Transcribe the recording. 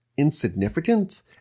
Insignificant